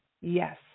Yes